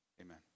Amen